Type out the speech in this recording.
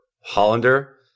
Hollander